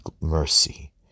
mercy